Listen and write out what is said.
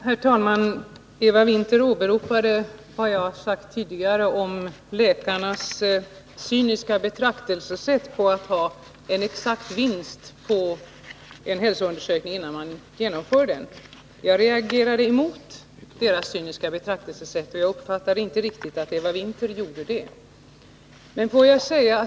Herr talman! Eva Winther åberopade vad jag sagt tidigare om läkarnas cyniska betraktelsesätt att vilja ha en exakt vinst på en hälsoundersökning innan de genomför den. Jag reagerade mot detta cyniska betraktelsesätt — men jag uppfattade inte riktigt att också Eva Winther gjorde det.